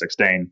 2016